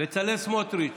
בצלאל סמוטריץ'